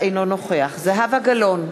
אינו נוכח זהבה גלאון,